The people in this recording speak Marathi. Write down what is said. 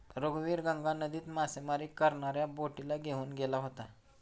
रघुवीर गंगा नदीत मासेमारी करणाऱ्या बोटीला घेऊन गेला होता